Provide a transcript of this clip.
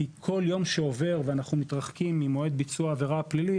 כי כל יום שעובר ואנחנו מתרחקים ממועד ביצוע העבירה הפלילית,